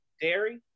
Dairy